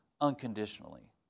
unconditionally